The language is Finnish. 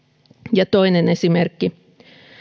ja toinen esimerkki